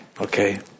okay